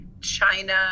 China